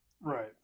Right